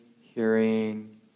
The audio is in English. hearing